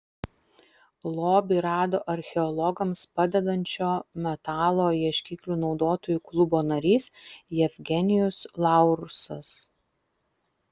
lobį rado archeologams padedančio metalo ieškiklių naudotojų klubo narys jevgenijus laursas